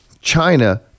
China